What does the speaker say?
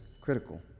critical